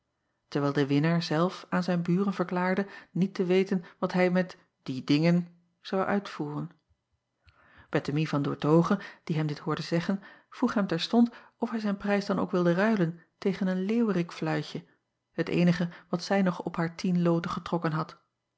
terwijl de winner zelf aan zijn buren verklaarde niet te weten wat hij met die dingen zou uitvoeren ettemie van oertoghe die hem dit hoorde zeggen vroeg hem terstond of hij zijn prijs dan ook wilde ruilen tegen een leeuwrikkefluitje het eenige wat zij nog op haar tien loten getrokken had